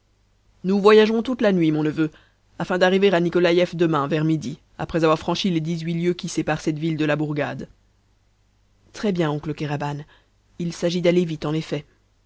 nous voyagerons toute la nuit mon neveu afin d'arriver à nikolaief demain vers midi après avoir franchi les dix-huit lieues qui séparent cette ville de la bourgade très bien oncle kéraban il s'agit d'aller vite en effet